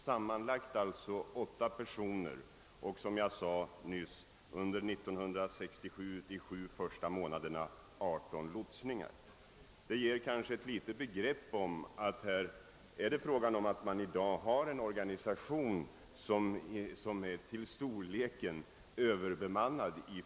Sammanlagt finns där alltså åtta personer och, som jag sade nyss, utfördes under de sju första månaderna 1967 18 lotsningar. Dessa siffror ger kanske ett begrepp om att denna lotsplats i dag är överbemannad.